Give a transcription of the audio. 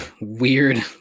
weird